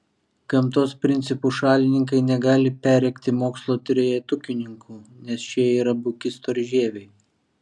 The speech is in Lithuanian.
gamtos principų šalininkai negali perrėkti mokslo trejetukininkų nes šie yra buki storžieviai